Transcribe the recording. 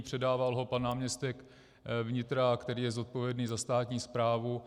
Předával ho pan náměstek vnitra, který je zodpovědný za státní správu.